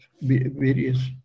various